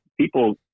people